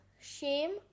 shame